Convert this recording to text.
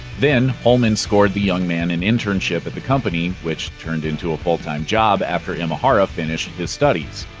then, holman scored the young man an internship at the company, which turned into a full-time job after imahara finished his studies.